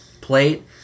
plate